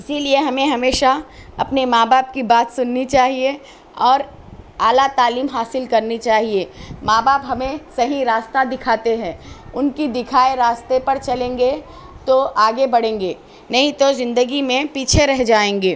اسی لیے ہمیں ہمیشہ اپنے ماں باپ کی بات سننی چاہیے اور اعلیٰ تعلیم حاصل کرنی چاہیے ماں باپ ہمیں صحیح راستہ دکھاتے ہیں ان کی دکھائے راستے پر چلیں گے تو آگے بڑھیں گے نہیں تو زندگی میں پیچھے رہ جائیں گے